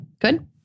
good